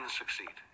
succeed